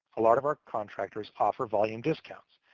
a lot of our contractors offer volume discounts.